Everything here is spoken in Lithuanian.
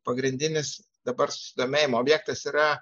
pagrindinis dabar susidomėjimo objektas yra